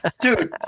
Dude